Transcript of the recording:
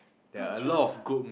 to choose